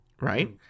right